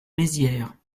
mézières